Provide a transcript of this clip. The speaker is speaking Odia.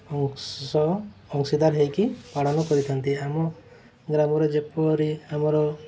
ଅଂଶ ଅଂଶୀଦାର ହୋଇକି ପାଳନ କରିଥାନ୍ତି ଆମ ଗ୍ରାମରେ ଯେପରି ଆମର